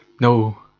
No